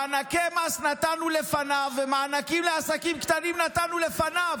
מענקי מס נתנו לפניו ומענקים לעסקים קטנים נתנו לפניו,